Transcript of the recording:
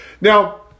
Now